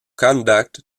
conduct